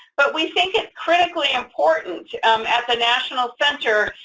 but we think it critically important um at the national center.